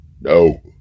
No